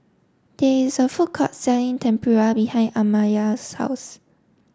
there is a food court selling Tempura behind Amaya's house